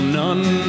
none